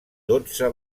dotze